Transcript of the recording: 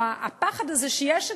או הפחד הזה שיש אצלנו,